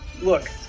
look